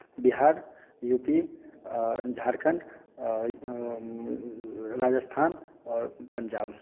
Bihar U P Jharkhand Rajasthan आओर पञ्जाब